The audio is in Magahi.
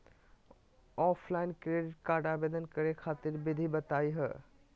ऑफलाइन क्रेडिट कार्ड आवेदन करे खातिर विधि बताही हो?